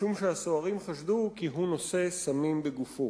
משום שהסוהרים חשדו כי הוא נושא סמים בגופו.